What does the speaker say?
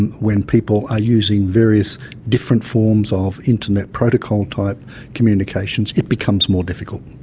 and when people are using various different forms of internet protocol-type communications it becomes more difficult.